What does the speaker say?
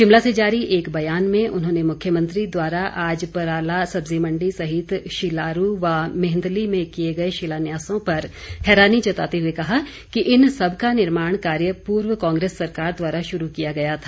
शिमला से जारी एक बयान में उन्होंने मुख्यमंत्री द्वारा आज पराला सब्जी मण्डी सहित शिलारू व मेंहदली में किए गए शिलान्यासों पर हैरानी जताते हुए कहा कि इन सब का निर्माण कार्य पूर्व कांग्रेस सरकार द्वारा शुरू किया गया था